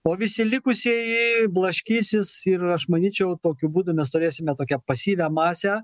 o visi likusieji blaškysis ir aš manyčiau tokiu būdu mes turėsime tokią pasyvią masę